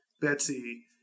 Betsy